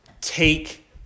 Take